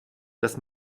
dass